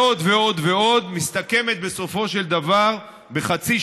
קשה לי לדבר רצוף.